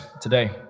today